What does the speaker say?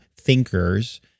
thinkers